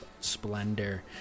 Splendor